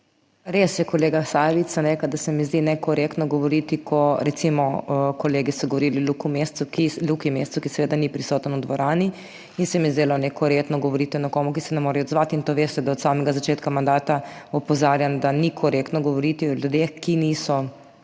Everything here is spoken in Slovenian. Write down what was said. Res je, kolega Sajovic, sem rekla, da se mi zdi nekorektno govoriti, ko recimo, kolegi so govorili o Luki Mescu, ki seveda ni prisoten v dvorani in se mi je zdelo nekorektno govoriti nekomu, ki se ne more odzvati in to veste, da od samega začetka mandata opozarjam, da ni korektno govoriti o ljudeh, ki niso